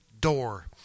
door